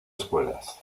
escuelas